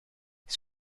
his